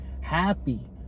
happy